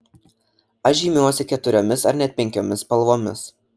aš žymiuosi keturiomis ar net penkiomis spalvomis